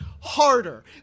harder